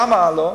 למה לא?